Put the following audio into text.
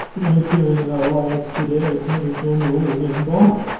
interfering in our lives today, attorney general william barr,